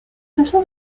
little